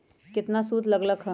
केतना सूद लग लक ह?